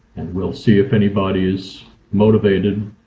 and we'll see if anybody is motivated